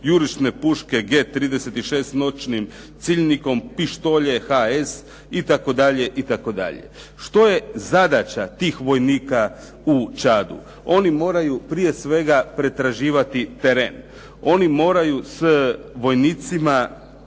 jurišne puške G36 s noćnim ciljnikom, pištolje HS itd., itd. Što je zadaća tih vojnika u Čadu? Oni moraju prije svega pretraživati teren. Oni moraju s vojnicima